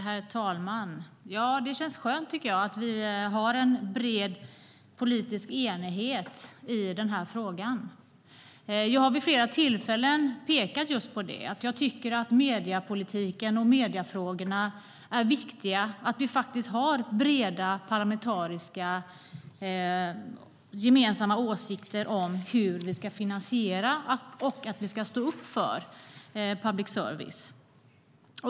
Herr talman! Det känns skönt att vi har en bred politisk enighet i den här frågan. Jag har vid flera tillfällen pekat just på att jag tycker att det i mediepolitiken och mediefrågorna är viktigt att vi har gemensamma åsikter om hur vi ska finansiera och stå upp för public service.